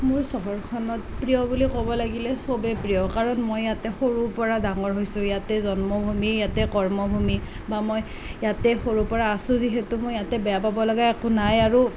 মোৰ চহৰখনত প্ৰিয় বুলি ক'ব লাগিলে সবেই প্ৰিয় কাৰণ মই ইয়াতে সৰুৰ পৰা ডাঙৰ হৈছোঁ ইয়াতে জন্মভূমি ইয়াতে কৰ্মভূমি বা মই ইয়াতে সৰুৰে পৰা আছোঁ যিহেতু মই ইয়াতে বেয়া পাবলগীয়া একো নাই আৰু